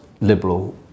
liberal